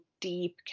deep